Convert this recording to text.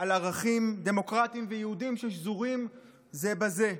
על ערכים דמוקרטיים ויהודיים ששזורים זה בזה.